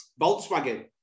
Volkswagen